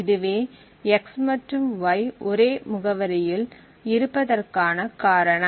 இதுவே x மற்றும் y ஒரே முகவரியில் இருப்பதற்கான காரணம்